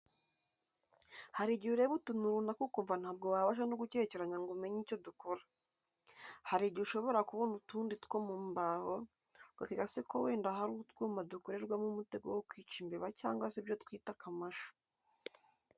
Hari igihe ureba utuntu runaka ukumva ntabwo wabasha no gukekeranya ngo umenye icyo dukora. Hari igihe ushobora kubona uduti two mu mbaho ugakeka se ko wenda hari utwuma dukorwamo umutego wo kwica imbeba cyangwa se ibyo twita akamashu.